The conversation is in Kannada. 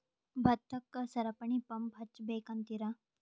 ಭತ್ತಕ್ಕ ಸರಪಣಿ ಪಂಪ್ ಹಚ್ಚಬೇಕ್ ಅಂತಿರಾ?